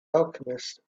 alchemist